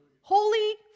Holy